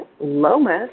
Lomas